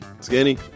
Skinny